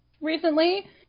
recently